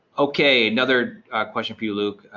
okay another question for you luke.